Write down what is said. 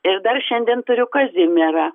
ir dar šiandien turiu kazimierą